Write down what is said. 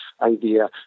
idea